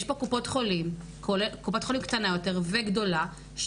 יש פה קופות חולים אחת קטנה יותר ואחת גדולה,